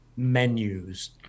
menus